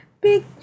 Big